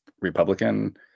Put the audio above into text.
Republican